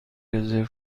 رزرو